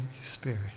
Spirit